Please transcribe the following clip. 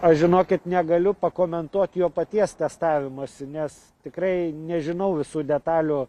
aš žinokit negaliu pakomentuot jo paties testavimosi nes tikrai nežinau visų detalių